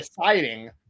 deciding